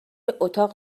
اتاق